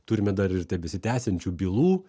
turime dar ir tebesitęsiančių bylų